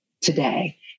today